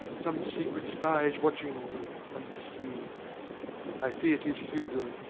some secret spy is watching me unseen i fear tis hugo,